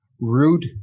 rude